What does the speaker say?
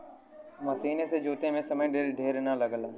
मसीन से जोते में समय ढेर ना लगला